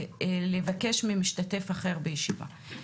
לבקש ממשתתף אחר בישיבה.